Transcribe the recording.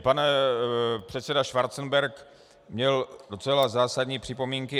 Pan předseda Schwarzenberg měl docela zásadní připomínky.